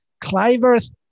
Cliver's